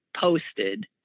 posted